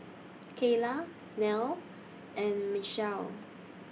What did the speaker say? Cayla Neil and Mechelle